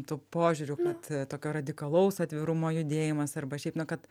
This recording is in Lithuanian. tų požiūrių kad e tokio radikalaus atvirumo judėjimas arba šiaip na kad